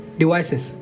devices